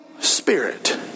Spirit